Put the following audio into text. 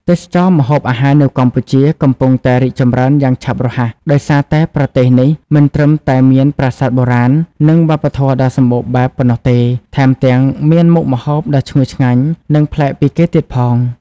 ទេសចរណ៍ម្ហូបអាហារនៅកម្ពុជា កំពុងតែរីកចម្រើនយ៉ាងឆាប់រហ័ស ដោយសារតែប្រទេសនេះមិនត្រឹមតែមានប្រាសាទបុរាណ និងវប្បធម៌ដ៏សម្បូរបែបប៉ុណ្ណោះទេ ថែមទាំងមានមុខម្ហូបដ៏ឈ្ងុយឆ្ងាញ់ និងប្លែកពីគេទៀតផង ។